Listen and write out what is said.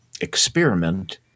experiment